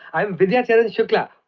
i am vidyacharan shukla.